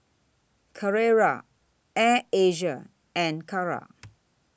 Carrera Air Asia and Kara